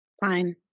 fine